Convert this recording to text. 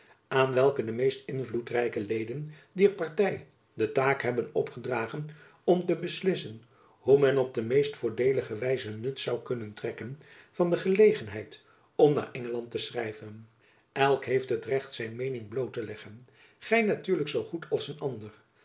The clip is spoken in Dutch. aan welke de meest invloedrijke leden dier party de taak hebben opgedragen om te beslissen hoe men op de meest voordeelige wijze nut zou kunnen trekken van de gelegenheid om naar engeland te schrijven elk heeft het recht zijn meening bloot te leggen gy natuurlijk zoo goed als een ander